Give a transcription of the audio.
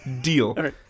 deal